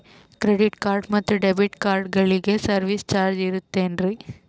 Credit card ಮತ್ತು debit ಕಾರ್ಡಗಳಿಗೆ service charge ಇರುತೇನ್ರಿ?